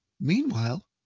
Meanwhile